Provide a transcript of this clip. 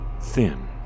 thin